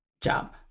job